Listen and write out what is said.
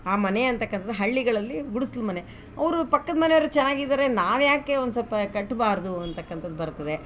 ಆ ಮನೆಯಂತಕ್ಕಂಥದು ಹಳ್ಳಿಗಳಲ್ಲಿ ಗುಡಿಸ್ಲು ಮನೆ ಅವರು ಪಕ್ಕದ ಮನೆಯವ್ರು ಚೆನ್ನಾಗಿದಾರೆ ನಾವು ಯಾಕೆ ಒಂದು ಸ್ವಲ್ಪ ಕಟ್ಟಬಾರ್ದು ಅಂತಕ್ಕಂಥದ್ ಬರ್ತದೆ